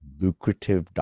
lucrative